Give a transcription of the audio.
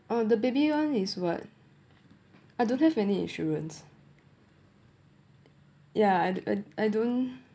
and the baby one is what I don't have any insurance yeah I I I don't